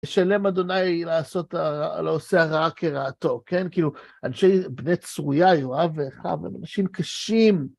ישלם אדוני לעושה הרעה כרעתו, כן? כאילו, אנשי בני צרויה, יואב ואחיו, הם אנשים קשים.